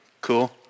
Cool